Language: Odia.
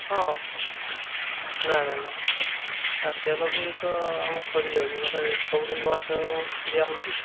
ହଁ ନା ନା ନା ତେଲ ବି ତ ଆମର ସାରିଯାଉଛି ବୋଲେ ସବୁଦିନ ନୂଆ ତେଲ ଦିଆହେଉଛି